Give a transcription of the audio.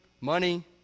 money